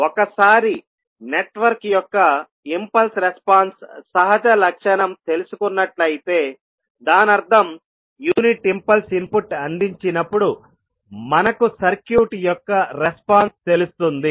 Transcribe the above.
ఒకసారి నెట్వర్క్ యొక్క impulse response సహజ లక్షణం తెలుసుకున్నట్లు అయితేదానర్థం యూనిట్ ఇంపల్స్ ఇన్పుట్ అందించినప్పుడు మనకు సర్క్యూట్ యొక్క రెస్పాన్స్ తెలుస్తుంది